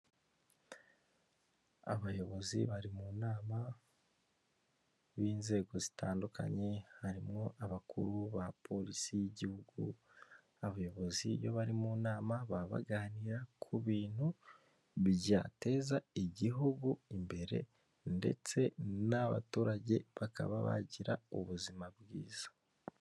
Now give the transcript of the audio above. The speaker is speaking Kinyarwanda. Abayobozi bari mu nama b'inzego zitandukanye, harimwo abakuru ba polisi y'igihugu, abayobozi iyo bari mu nama baba baganira ku bintu byateza igihugu imbere, ndetse n'abaturage bakaba bagira ubuzima bwiza.